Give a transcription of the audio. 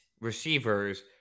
receivers